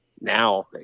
now